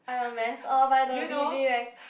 I'm a mess all by the Bebe Rexa